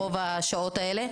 רוב השעות האלה,